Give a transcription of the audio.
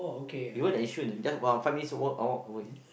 even at Yishun just uh five minutes walk a walk a way